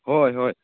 ᱦᱳᱭ ᱦᱳᱭ